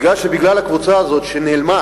כי בגלל הקבוצה הזאת שנעלמה